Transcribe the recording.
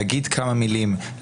להגיד כמה מילים,